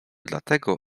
dlatego